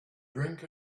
drink